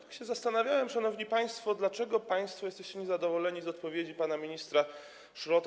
Ja się zastanawiałem, szanowni państwo, dlaczego państwo jesteście niezadowoleni z odpowiedzi pana ministra Szrota.